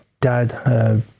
dad